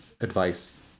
advice